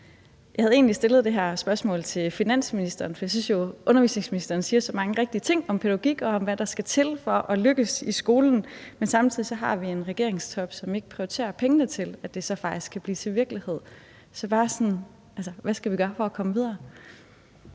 Jeg havde egentlig stillet det her spørgsmål til finansministeren, for jeg synes jo, undervisningsministeren siger så mange rigtige ting om pædagogik og om, hvad der skal til for at lykkes i skolen. Men samtidig har vi en regeringstop, som ikke prioriterer pengene til, at det så faktisk kan blive til virkelighed. Så hvad skal vi gøre for at komme videre?